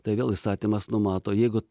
tai vėl įstatymas numato jeigu